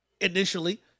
initially